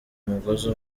umugozi